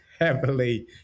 heavily